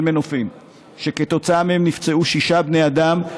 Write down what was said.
מנופים וכתוצאה מהם נפצעו שישה בני אדם,